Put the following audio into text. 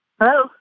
Hello